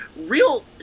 real